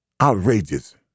Outrageous